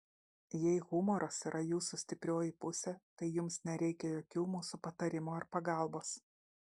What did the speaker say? jei humoras yra jūsų stiprioji pusė tai jums nereikia jokių mūsų patarimų ar pagalbos